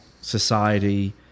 Society